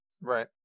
Right